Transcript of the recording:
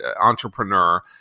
entrepreneur